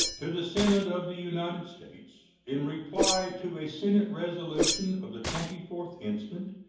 to the senate of the united states in reply to a senate resolution of the twenty fourth instant,